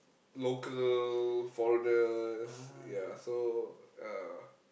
local foreigners yeah so ya